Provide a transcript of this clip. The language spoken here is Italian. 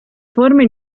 forme